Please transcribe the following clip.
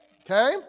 okay